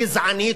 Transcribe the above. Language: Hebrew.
גזענית,